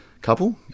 couple